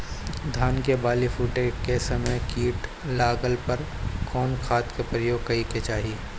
धान के बाली फूटे के समय कीट लागला पर कउन खाद क प्रयोग करे के चाही?